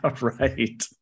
right